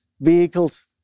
Vehicles